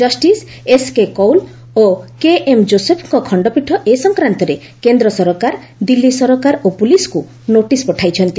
justice SK Kaul ଓ KM ଯୋଶେଫ୍ଙ୍କ ଖଣ୍ଡପୀଠ ଏ ସଂକ୍ରାନ୍ତରେ କେନ୍ଦ୍ର ସରକାର ଦିଲ୍ଲୀ ସରକାର ଓ ପୁଲିସ୍କୁ ନୋଟିସ୍ ପଠାଇଛନ୍ତି